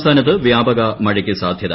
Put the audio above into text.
സംസ്ഥാനത്ത് വ്യാപക മഴയ്ക്ക് സാധ്യത